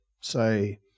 say